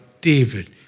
David